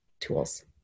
tools